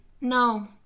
No